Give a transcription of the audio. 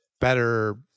better